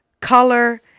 color